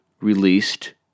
released